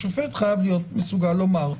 השופט חייב להיות מסוגל לומר: